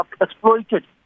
exploited